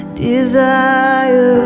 desire